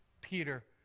Peter